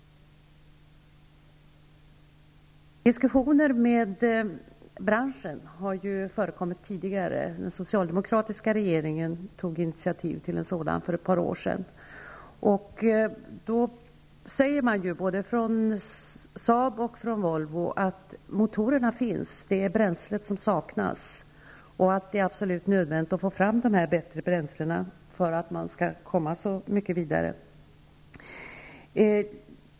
Diskussioner med företrädare för bilbranschen har förekommit tidigare. Den socialdemokratiska regeringen tog för ett par år sedan initiativ till en diskussion. Från både Saab och Volvo sades det att motorerna finns och att det är bränslet som saknas. Vidare sades det att det är absolut nödvändigt att få fram bättre bränslen för att det skall vara möjligt att komma en bit vidare.